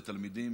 התלמידים